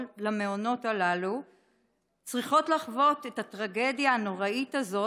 למעונות הללו צריכות לחוות את הטרגדיה הנוראית הזאת,